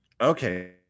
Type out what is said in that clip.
Okay